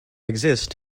exist